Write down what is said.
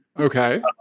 Okay